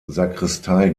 sakristei